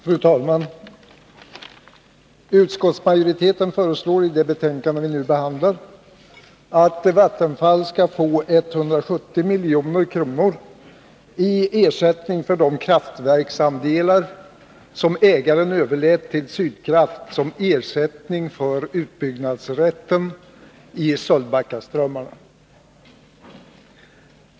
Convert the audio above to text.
Fru talman! Utskottsmajoriteten föreslår i det betänkande vi nu behandlar att Vattenfall skall få 170 milj.kr. i ersättning för de kraftverksandelar som ägaren överlät till Sydkraft som ersättning för utbyggnadsrätten i Sölvbackaströmmarna.